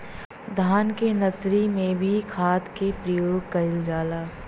धान के नर्सरी में भी खाद के प्रयोग कइल जाला?